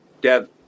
Dev